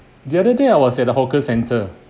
the other day I was at a hawker centre